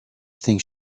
think